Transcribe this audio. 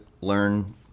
learn